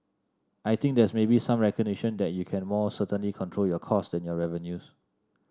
I think there's maybe some recognition that you can more certainly control your costs than your revenues